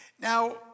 Now